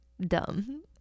Dumb